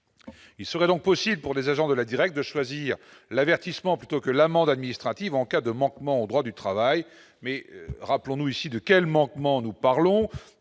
il serait donc possible pour les agents de la Directs de choisir l'avertissement plutôt que l'amende administrative en cas de manquement au droit du travail, mais rappelons-nous ici de quels manquements nous parlons,